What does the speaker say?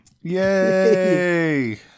Yay